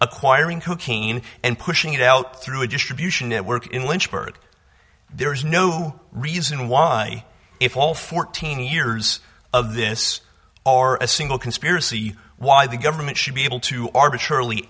acquiring cocaine and pushing it out through a distribution network in lynchburg there's no reason why if all fourteen years of this are a single conspiracy why the government should be able to arbitrarily